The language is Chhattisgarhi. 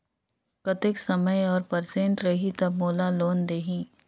कतेक समय और परसेंट रही तब मोला लोन देही?